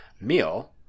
meal